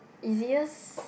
easiest